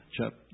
chapter